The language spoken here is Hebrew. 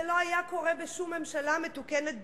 זה לא היה קורה בשום ממשלה מתוקנת בעולם,